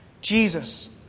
Jesus